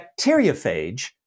bacteriophage